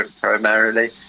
primarily